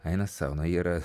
eina sau na yra